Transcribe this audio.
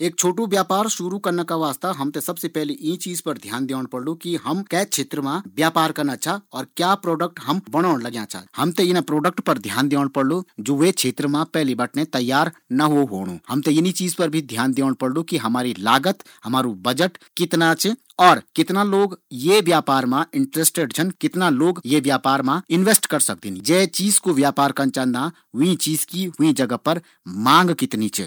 एक छोटू व्यापार शुरू करना का वास्ता हम थें सबसे पैली यीं चीज पर ध्यान देंण पड़लु कि हम कै क्षेत्र मा व्यापार करना लगयाँ छा? और क्या प्रोडक्ट हम बणोण लगयाँ छा? हम थें वी प्रोडक्ट पर ध्यान देंण पड़लू जू वू क्षेत्र मा पैली बिटी तैयार ना हो होणु। हम थें यीं चीज पर भी ध्यान देंण पड़लू कि हमारी लागत, हमारु बजट कितना च? और कितना लोग यी व्यापार मा इंटरेस्टेड छन? और कितना लोग ये व्यापार मा इन्वेस्ट कर सकदिन? जीं चीज कू व्यापार करना चांदा वीं चीज की वीं जगह पर मांग कितना च?